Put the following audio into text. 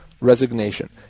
resignation